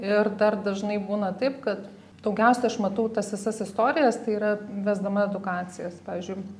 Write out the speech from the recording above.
ir dar dažnai būna taip kad daugiausia aš matau tas visas istorijas tai yra vesdama edukacijas pavyzdžiui